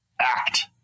act